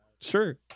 Sure